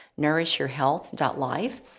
nourishyourhealth.life